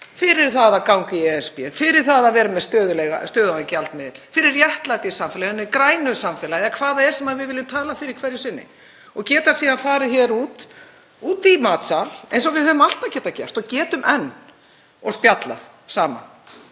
fyrir því að ganga í ESB, fyrir því að vera með stöðugan gjaldmiðil, fyrir réttlæti í samfélaginu, með grænu samfélagi eða hvað það er sem við viljum tala fyrir hverju sinni. Og geta síðan farið út í matsal, eins og við höfum alltaf getað gert og getum enn, og spjallað saman.